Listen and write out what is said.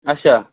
اچھا